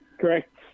Correct